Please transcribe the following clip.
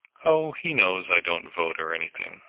oh, he knows i don't vote or anything,